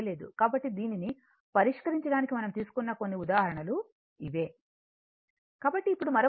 కాబట్టి దీనిని పరిష్కరించడానికి మనం తీసుకున్న కొన్ని ఉదాహరణలు ఇవే కాబట్టి ఇప్పుడు మరొక సమస్య ఏమిటంటే L1L2 L1 0